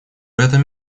этом